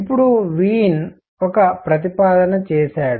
ఇప్పుడు వీన్ ఒక ప్రతిపాదన చేశాడు